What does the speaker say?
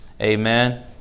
Amen